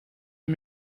een